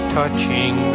Touching